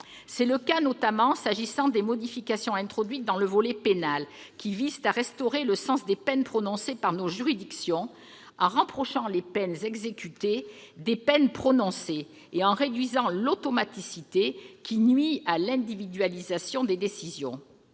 C'est le cas notamment des modifications introduites dans le volet pénal, qui visent à restaurer le sens des peines prononcées par nos juridictions, en rapprochant les peines exécutées des peines prononcées et en réduisant l'automaticité, qui nuit à l'individualisation des décisions.